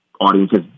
audiences